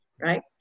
right